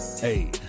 Hey